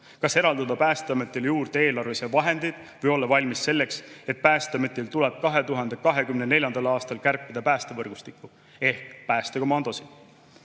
kas eraldada Päästeametile juurde eelarvelisi vahendeid või olla valmis selleks, et Päästeametil tuleb 2024. aastal kärpida päästevõrgustikku ehk päästekomandosid.